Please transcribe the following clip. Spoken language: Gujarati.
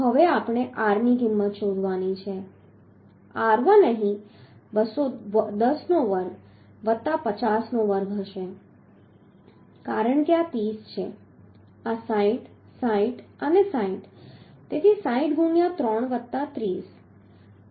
તો હવે આપણે r ની કિંમત શોધવાની છે r1 અહીં 210 નો વર્ગ વત્તા 50 નો વર્ગ હશે કારણ કે આ 30 છે આ 60 60 અને 60 તેથી 60 ગુણ્યા 3 વત્તા 30